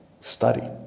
study